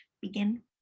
begin